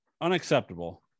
Unacceptable